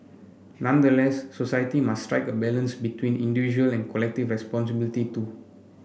nonetheless society must strike a balance between individual and collective responsibility too